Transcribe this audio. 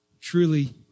truly